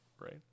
right